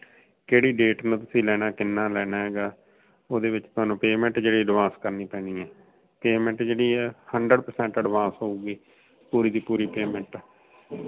ਕਿਹੜੀ ਡੇਟ ਨੂੰ ਤੁਸੀਂ ਲੈਣਾ ਕਿੰਨਾ ਲੈਣਾ ਹੈਗਾ ਉਹਦੇ ਵਿੱਚ ਤੁਹਾਨੂੰ ਪੇਮੈਂਟ ਜਿਹੜੀ ਐਡਵਾਂਸ ਕਰਨੀ ਪੈਣੀ ਹੈ ਪੇਮੈਂਟ ਜਿਹੜੀ ਹੈ ਹੰਡਰਡ ਪਰਸੈਂਟ ਐਡਵਾਂਸ ਹੋਊਗੀ ਪੂਰੀ ਦੀ ਪੂਰੀ ਪੇਮੈਂਟ